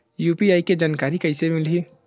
UPI के जानकारी कइसे मिलही?